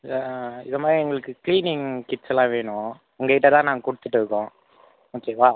இதை மாதிரி எங்களுக்கு க்ளீனிங் கிட்ஸ்லாம் வேணும் உங்ககிட்டே தான் நாங்கள் கொடுத்துட்டு இருக்கோம் ஓகேவா